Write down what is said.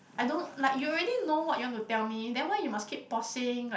I don't like you already know what you want to tell me then why you must keep pausing like